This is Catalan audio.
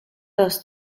dels